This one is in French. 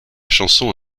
chanson